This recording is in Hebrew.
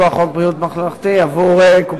מכוח חוק ביטוח בריאות ממלכתי, עבור קופות-החולים,